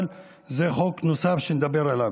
אבל זה חוק נוסף שנדבר עליו.